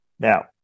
Now